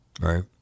right